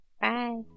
Bye